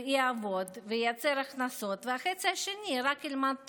יעבוד וייצר הכנסות, והחצי השני רק ילמד תורה.